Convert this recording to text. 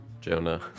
Jonah